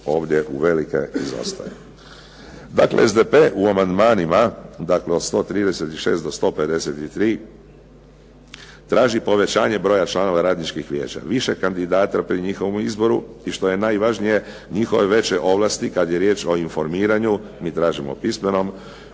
SDP u amandmanima od 136. do 153. traži povećanje broja članova radničkih vijeća, više kandidata pri njihovom izboru i što je najvažnije njihove veće ovlasti kada je riječ o informiranju, mi tražimo u pismenom